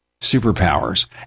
superpowers